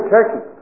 Turkey